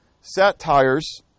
satires